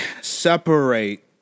separate